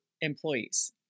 employees